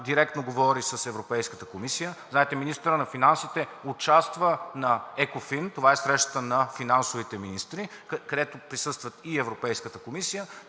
директно говори с Европейската комисия. Знаете, че министърът на финансите участва на ЕКОФИН – срещата на финансовите министри, където присъства и Европейската комисия,